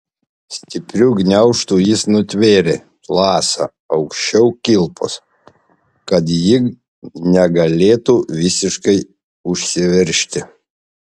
stipriu gniaužtu jis nutvėrė lasą aukščiau kilpos kad ji negalėtų visiškai užsiveržti